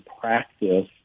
practice